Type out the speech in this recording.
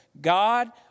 God